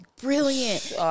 brilliant